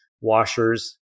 washers